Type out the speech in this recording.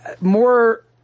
more